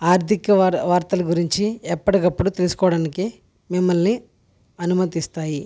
ఆర్థిక వా వార్తలు గురించి ఎప్పటికప్పుడు తీసుకోవడానికి మిమ్మల్ని అనుమతిస్తాయి